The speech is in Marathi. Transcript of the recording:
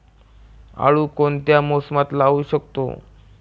आळू कोणत्या मोसमात लावू शकतो?